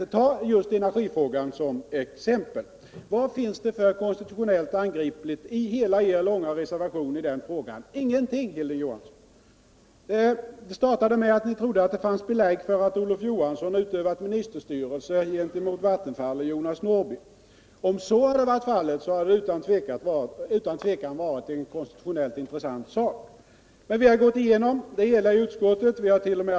Låt oss ta energifrågan som exempel. Vad finns det för konstitutionellt angripligt i hela er långa reservation i den frågan? Ingenting, Hilding Johansson. Det startade med att ni trodde att det fanns belägg för uppfattningen att Olof Johansson utövat ministerstyrelse gentemot Vattenfall och Jonas Norrby. Om så hade varit fallet hade det utan tvivel varit en konstitutionellt intressant sak. Men vi har gått igenom det hela i utskottet. Vi hart.o.m.